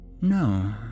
No